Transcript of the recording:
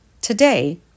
Today